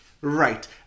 Right